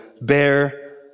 bear